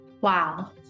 Wow